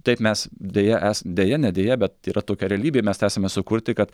taip mes deja es deja ne deja bet yra tokia realybė mes esame sukurti kad